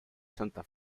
santa